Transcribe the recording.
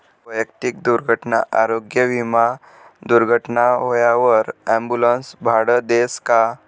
वैयक्तिक दुर्घटना आरोग्य विमा दुर्घटना व्हवावर ॲम्बुलन्सनं भाडं देस का?